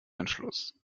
entschluss